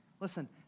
listen